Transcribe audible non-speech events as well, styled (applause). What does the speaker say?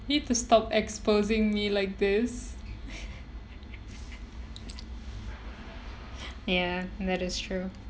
need to stop exposing me like this (laughs) ya that is true